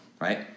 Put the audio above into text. right